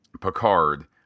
picard